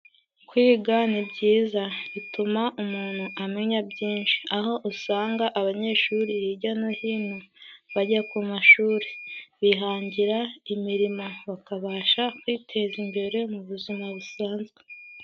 Kwiga ni byiza ,bituma umuntu amenya byinshi aho usanga abanyeshuri hijya no hino bajya ku mashuri bihangira imirimo bakabasha kwiteza imbere mu buzima busanzwe.